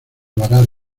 varar